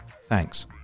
thanks